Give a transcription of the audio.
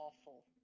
awful